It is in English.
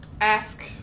ask